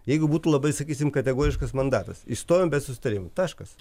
jeigu būtų labai sakysim kategoriškas mandatas išstojam be susitarimo taškas